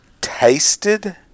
tasted